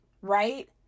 right